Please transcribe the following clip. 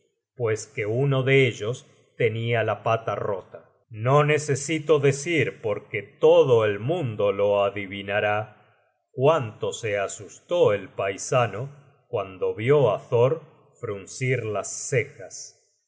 pues que uno de ellos tenia la pata rota no necesito decir porque todo el mundo lo adivinará cuánto se asustó el paisano cuando vió á thor fruncir las cejas